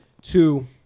Two